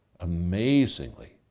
Amazingly